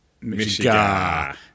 Michigan